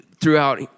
throughout